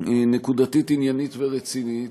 נקודתית עניינית ורצינית,